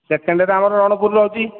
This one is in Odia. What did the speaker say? ସେକେଣ୍ଡ୍ରେ ଆମର ରଣପୁର ରହୁଛି